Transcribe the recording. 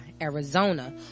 Arizona